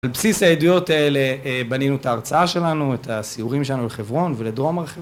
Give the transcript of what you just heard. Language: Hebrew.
על בסיס העדויות האלה בנינו את ההרצאה שלנו, את הסיורים שלנו לחברון ולדרום הר חברון